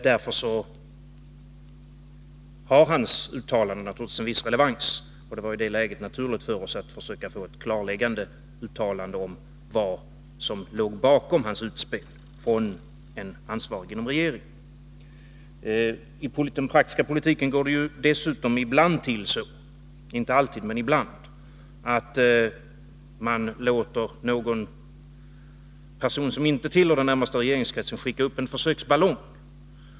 Därför har hans uttalanden naturligtvis en viss relevans, och det var i det läget naturligt för oss att få ett klarläggande uttalande från någon ansvarig inom regeringen om vad som låg bakom hans utspel. I den praktiska politiken går det ju dessutom ibland -— inte alltid — till så, att man låter någon person som inte tillhör den närmaste regeringskretsen skicka upp eri försöksballong.